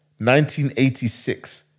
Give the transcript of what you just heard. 1986